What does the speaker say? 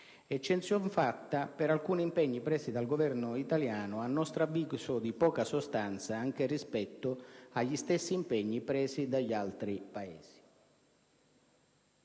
eccezion fatta per alcuni impegni presi dal Governo italiano, a nostro avviso di poca sostanza anche rispetto agli stessi impegni presi dagli altri Paesi.